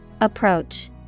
Approach